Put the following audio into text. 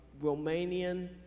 Romanian